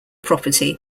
property